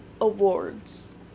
Awards